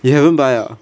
you haven't buy ah